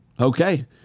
Okay